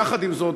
יחד עם זאת,